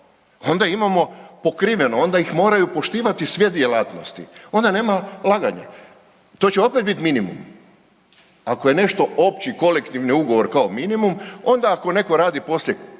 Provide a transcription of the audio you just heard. Onda imamo pokriveno, onda ih moraju poštivati sve djelatnosti, onda nema laganja. To će opet biti minimum. Ako je nešto opći kolektivni ugovor kao minimum, onda ako netko radi poslije